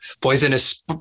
poisonous